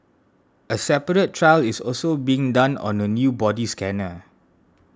a separate trial is also being done on a new body scanner